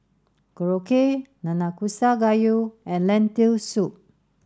Korokke Nanakusa Gayu and Lentil Soup